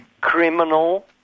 criminal